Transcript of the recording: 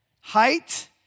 height